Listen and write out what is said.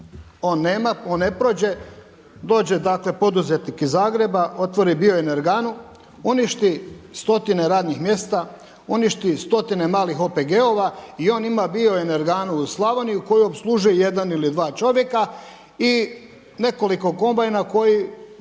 on ne prođe, dođe poduzetnik iz Zagreba, otvori bioenerganu, uništi stotine radnih mjesta, uništi stotine malih OPG-ova i on ima bioenerganu u Slavoniji u kojoj opslužuje jedan ili dva čovjeka i nekoliko kombajna koji